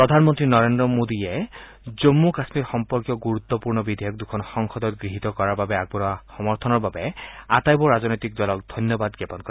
প্ৰধানমন্ত্ৰী নৰেন্দ্ৰ মোদী জম্মু কাশ্মীৰ সম্পৰ্কীয় গুৰুত্বপূৰ্ণ বিধেয়ক দুখন সংসদত গৃহীত কৰাৰ বাবে আগবঢ়োৱা সমৰ্থনৰ বাবে আটাইবোৰ ৰাজনৈতিক দলক ধন্যবাদ জ্ঞাপন কৰে